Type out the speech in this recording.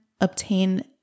obtain